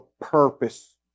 purpose